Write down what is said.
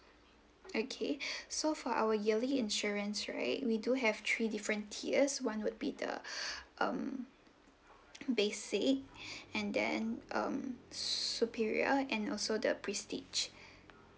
okay so for our yearly insurance right we do have three different tiers one would be the um basic and then um superior and also the prestige